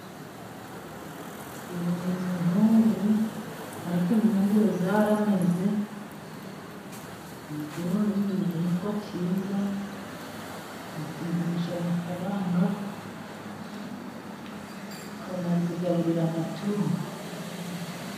Ibi ni impungure, ariko impungure zarameze, ibigori n'igihingwa cyiza tuzigurisha amafaranga, tukanazigaburira amatungo.